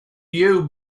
you